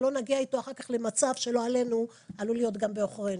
ולא נגיע איתו אחר-כך למצב שלא עלינו עלול להיות גם בעוכרנו.